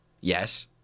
Yes